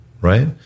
right